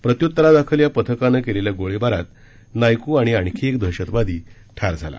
प्रत्यूत्तरादाखल या पथकानं केलेल्या गोळीबीरीत नायकू आणि आणखी एक दहशतवादी ठार झाला